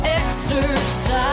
exercise